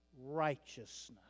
righteousness